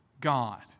God